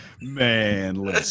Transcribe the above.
man